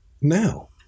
now